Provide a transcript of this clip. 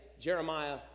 jeremiah